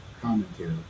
commentary